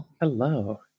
Hello